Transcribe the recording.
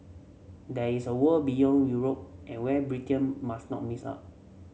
there is a world beyond Europe and where Britain must not miss up